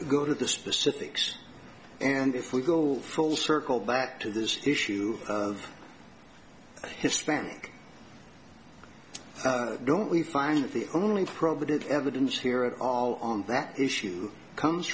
go to the specifics and if we go full circle back to this issue of hispanic don't we find that the only produce evidence here at all on that issue comes